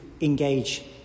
engage